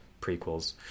prequels